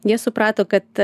jie suprato kad